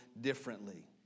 differently